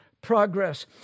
Progress